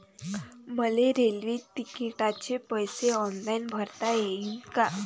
मले रेल्वे तिकिटाचे पैसे ऑनलाईन भरता येईन का?